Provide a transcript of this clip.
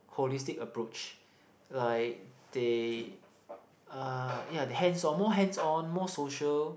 holistic approach like they uh yeah they hands on more hands on more social